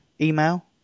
email